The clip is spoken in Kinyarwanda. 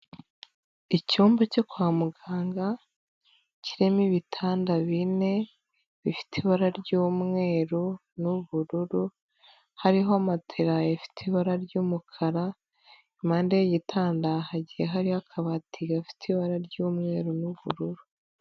Icyumba cyo kwa muganga, kirimo ibitanda bine, bifite ibara ry'umweru n'ubururu, hariho matera ifite ibara ry'umukara, impande y'igitanda hagiye hariho akabati gafite ibara ry'umweru n'ubururu.